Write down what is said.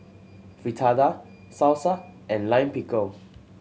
Fritada Salsa and Lime Pickle